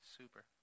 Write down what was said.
Super